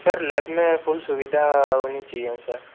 sir lab में full सुविधा होनी चाहिए ना सर